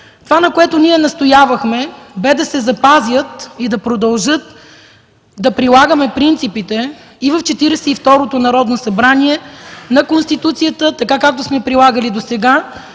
Това, на което ние настоявахме, бе да се запазят и да продължат да прилагаме принципите и в Четиридесет и второто Народно събрание на Конституцията, така както сме прилагали досега,